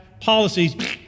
policies